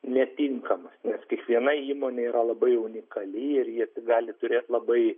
neaptinkamas nes kiekviena įmonė yra labai unikali ir ji gali turėt labai